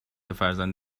فرزند